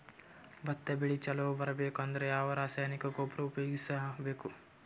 ಭತ್ತ ಬೆಳಿ ಚಲೋ ಬರಬೇಕು ಅಂದ್ರ ಯಾವ ರಾಸಾಯನಿಕ ಗೊಬ್ಬರ ಉಪಯೋಗಿಸ ಬೇಕು?